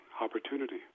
opportunity